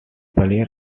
players